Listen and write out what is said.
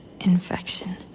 infection